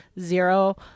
zero